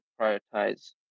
prioritize